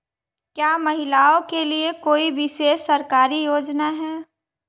क्या महिलाओं के लिए कोई विशेष सरकारी योजना है?